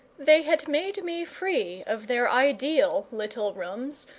they had made me free of their ideal little rooms,